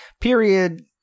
period